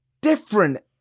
different